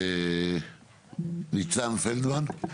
ניצן פלדמן,